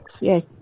yes